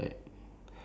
that I smoke